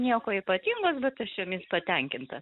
niekuo ypatingos bet aš jomis patenkinta